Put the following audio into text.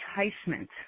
enticement